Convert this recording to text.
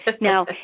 Now